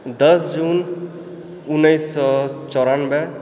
दश जून उन्नैस सए चौरानबे